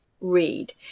read